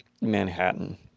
Manhattan